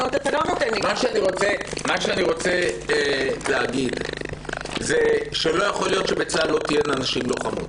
אני רוצה להגיד שלא יכול להיות שבצה"ל לא יהיו נשים לוחמות.